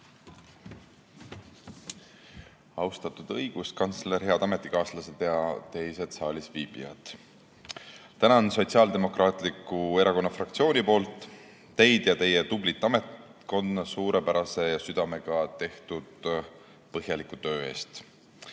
Austatud õiguskantsler! Head ametikaaslased ja teised saalisviibijad! Tänan Sotsiaaldemokraatliku Erakonna fraktsiooni nimel teid ja teie tublit ametnikkonda suurepärase ja südamega tehtud põhjaliku töö eest!